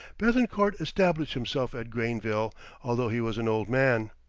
bethencourt established himself at grainville although he was an old man,